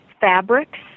fabrics